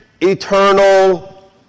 eternal